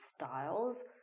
styles